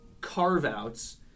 carve-outs